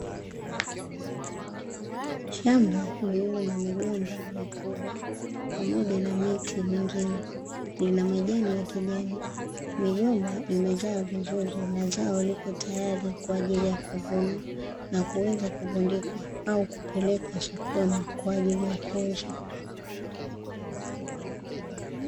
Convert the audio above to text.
Shamba lililo na migomba mikubwa pamoja na miti mingine, lina majani ya kijani. Migomba imezaa vizuri na zao liko tayari kwa ajili ya kuvunwa, na kuweza kuvundikwa au kupelekwa sokoni kwa ajili ya kuuzwa.